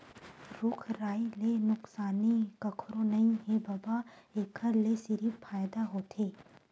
रूख राई ले नुकसानी कखरो नइ हे बबा, एखर ले सिरिफ फायदा होथे